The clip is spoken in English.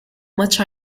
much